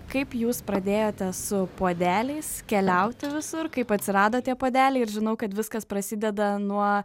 kaip jūs pradėjote su puodeliais keliauti visur kaip atsirado tie puodeliai ir žinau kad viskas prasideda nuo